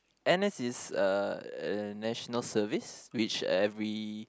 n_s is uh uh National Service which every